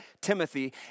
Timothy